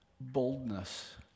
boldness